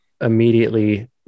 immediately